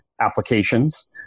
applications